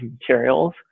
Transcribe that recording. materials